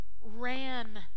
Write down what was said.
ran